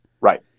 right